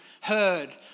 heard